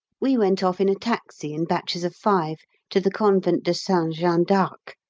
we went off in a taxi in batches of five to the convent de st jeanne d'arc,